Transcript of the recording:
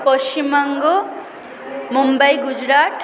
Paschimbanga Mumbai Gujarat